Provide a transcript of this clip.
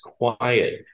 quiet